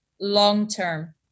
long-term